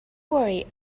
worry